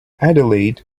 adelaide